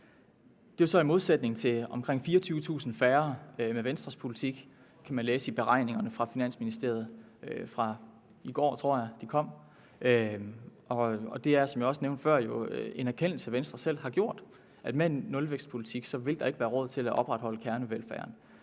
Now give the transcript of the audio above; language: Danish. så ses i modsætning til omkring 24.000 færre med Venstres politik, kan man læse i beregningerne fra Finansministeriet – jeg tror, det var i går, de kom. Og det er, som jeg også nævnte før, jo en erkendelse, Venstre selv har nået, altså at med en nulvækstpolitik vil der ikke være råd til at opretholde kernevelfærden.